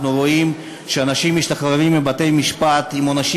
אנחנו רואים שאנשים יוצאים מבתי-משפט עם עונשים